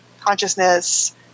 consciousness –